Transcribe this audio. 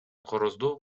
корозду